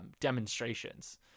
demonstrations